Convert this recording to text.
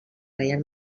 reial